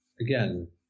again